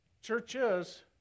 churches